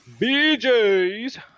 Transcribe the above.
BJ's